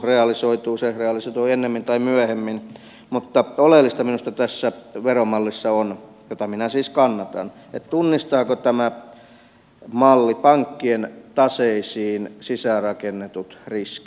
se realisoituu ennemmin tai myöhemmin mutta oleellista minusta tässä veromallissa on jota minä siis kannatan tunnistaako tämä malli pankkien taseisiin sisäänrakennetut riskit